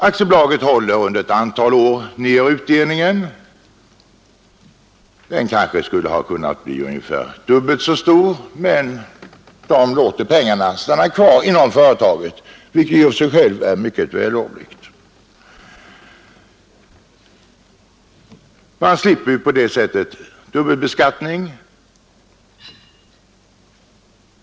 Aktiebolaget håller ett antal år nere utdelningen; den kanske skulle ha kunnat bli ungefär dubbelt så stor, men man låter pengarna stanna kvar inom företaget, vilket i och för sig är mycket vällovligt. Man konsoliderar ju företaget och man undviker på så sätt dubbelbeskattning.